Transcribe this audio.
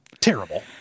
Terrible